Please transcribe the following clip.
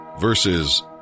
verses